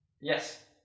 Yes